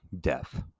death